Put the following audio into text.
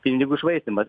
pinigų švaistymas